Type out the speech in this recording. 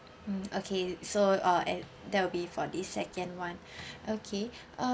mm okay so uh at that will be for the second one okay